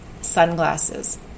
sunglasses